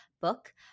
book